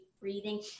breathing